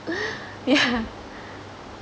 yeah